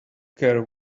care